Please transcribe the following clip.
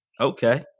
Okay